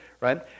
right